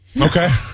Okay